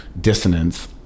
dissonance